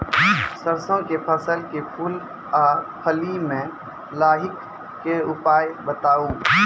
सरसों के फसल के फूल आ फली मे लाहीक के उपाय बताऊ?